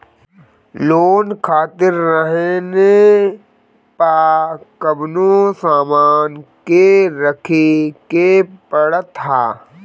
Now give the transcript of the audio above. loan खातिर रेहन पअ कवनो सामान के रखे के पड़त हअ